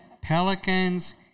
Pelican's